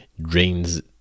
drains